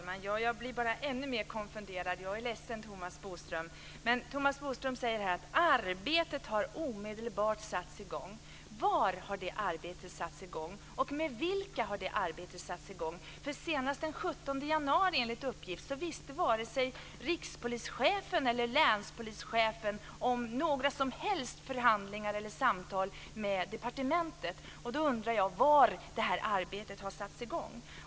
Herr talman! Jag blir bara ännu mer konfunderad. Jag är ledsen, Thomas Bodström. Thomas Bodström säger att arbetet sattes i gång omedelbart. Var och av vilka har arbetet satts i gång? Senast den 17 januari kände enligt uppgift varken rikspolischefen eller länspolischefen till några som helst förhandlingar eller samtal med departementet. Jag undrar var detta arbete har satts i gång.